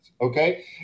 okay